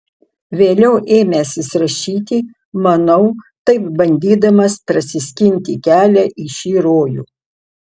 vėliau ėmęsis rašyti manau taip bandydamas prasiskinti kelią į šį rojų